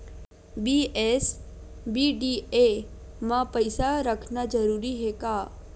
BSBDA मा पईसा रखना जरूरी हे का?